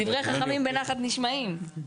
דברי חכמים בנחת נשמעים.